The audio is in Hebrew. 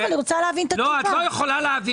אני מבקש לא לענות.